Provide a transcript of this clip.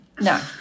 No